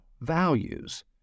values